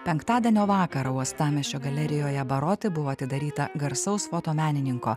penktadienio vakarą uostamiesčio galerijoje baroti buvo atidaryta garsaus fotomenininko